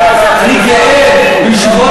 גאה בישיבות